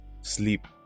sleep